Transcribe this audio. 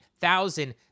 thousand